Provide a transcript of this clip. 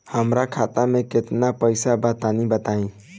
हमरा खाता मे केतना पईसा बा तनि बताईं?